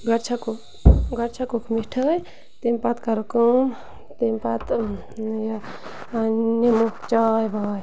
گۄڈٕ چھَکو گۄڈٕ چھَکوکھ مِٹھٲے تَمہِ پَتہٕ کَرو کٲم تمہِ پَتہٕ یہِ نِمہوکھ چاے واے